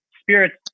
spirits